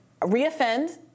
reoffend